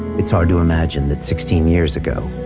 it's hard to imagine that sixteen years ago,